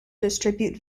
distribute